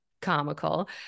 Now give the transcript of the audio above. comical